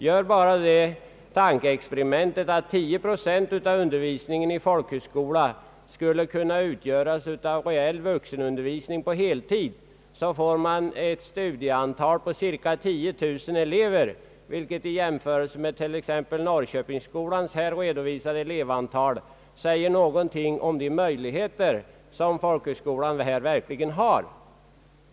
Gör man det tankeexperimentet att 10 procent av undervisningen vid folkhögskolorna skulle kunna utgöras av reell vuxenundervisning på heltid får man ett antal av cirka 10 000 elever, vilket i jämförelse med t.ex. Norrköpingsskolans redovisade elevantal säger någonting om de möjligheter som folkhögskolan verkligen har.